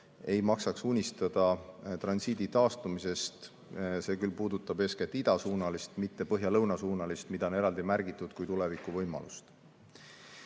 ei maksaks unistada transiidi taastumisest. See puudutab eeskätt idasuunalist, mitte põhja‑lõunasuunalist transiiti, mida on eraldi märgitud kui tulevikuvõimalust.